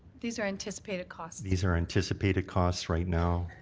these are anticipated costs. these are anticipated costs right now.